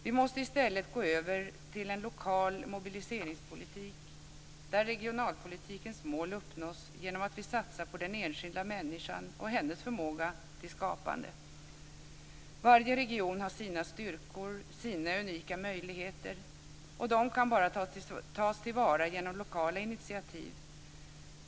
Vi måste i stället gå över till en lokal mobiliseringspolitik där regionalpolitikens mål uppnås genom att vi satsar på den enskilda människan och hennes förmåga till skapande. Varje region har sina styrkor, sina unika möjligheter, och de kan bara tas till vara genom lokala initiativ.